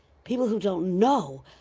people who don't know,